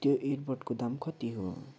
त्यो इयरबडको दाम कति हो